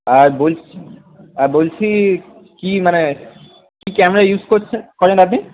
আর বলছি আর বলছি কি মানে কী ক্যামেরা ইউস করছেন করেন আপনি